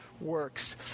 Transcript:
works